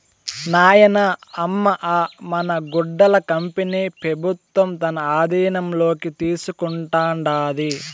నాయనా, అమ్మ అ మన గుడ్డల కంపెనీ పెబుత్వం తన ఆధీనంలోకి తీసుకుంటాండాది